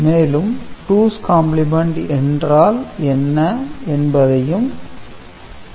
மேலும் two's complement என்றால் என்ன என்பதையும் பார்த்தோம்